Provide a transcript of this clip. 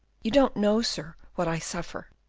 you don't know, sir, what i suffer.